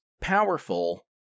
powerful